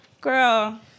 Girl